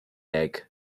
egg